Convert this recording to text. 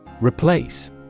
Replace